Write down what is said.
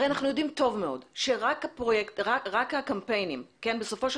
הרי אנחנו יודעים טוב מאוד שרק הקמפיינים בסופו של